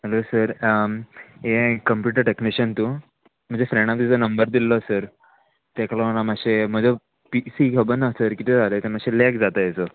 hello sir यें computer technician तूं म्हज्या फ्रेंडा तुजो नंबर दिल्लो सर तेका लागोन मातशें म्हजो पीसी खबर ना सर कितें जालें मातशें लॅक जाता हेचो